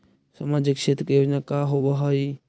सामाजिक क्षेत्र के योजना का होव हइ?